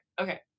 okay